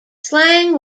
slang